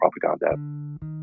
propaganda